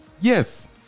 Yes